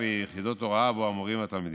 ויחידות הוראה עבור המורים והתלמידים.